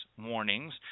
warnings